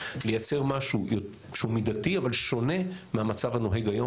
לייצר משהו שהוא מידתי אבל שונה מהמצב הנוהג היום